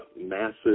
massive